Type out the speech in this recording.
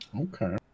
Okay